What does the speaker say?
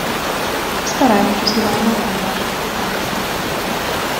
kasperavičius gyveno panošiškių kaime